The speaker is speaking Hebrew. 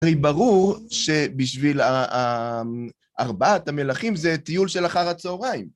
הרי ברור שבשביל ה... המ... ארבעת המלכים, זה טיול של אחר הצהריים.